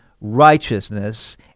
righteousness